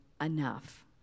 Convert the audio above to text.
enough